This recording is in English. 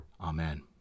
Amen